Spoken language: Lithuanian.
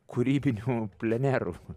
kūrybinių plenerų